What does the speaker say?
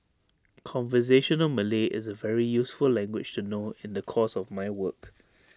conversational Malay is A very useful language to know in the course of my work